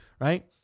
right